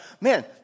man